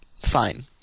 fine